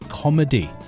comedy